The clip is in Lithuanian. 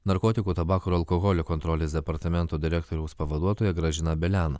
narkotikų tabako alkoholio kontrolės departamento direktoriaus pavaduotoja gražina belen